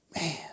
Man